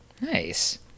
Nice